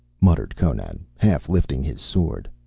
muttered conan, half lifting his sword.